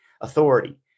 authority